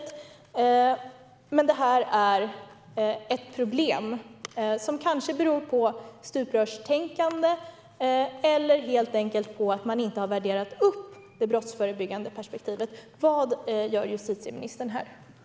Men det här är ett problem som kanske beror på stuprörstänkande eller helt enkelt på att man inte har värderat upp det brottsförebyggande perspektivet. Vad gör justitieministern åt detta?